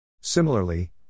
Similarly